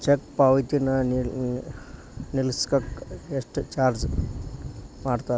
check ಪಾವತಿನ ನಿಲ್ಸಕ ಎಷ್ಟ ಚಾರ್ಜ್ ಮಾಡ್ತಾರಾ